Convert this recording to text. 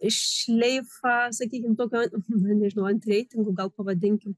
šleifą sakykim tokio na nežinau antireitingų gal pavadinkim